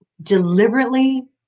deliberately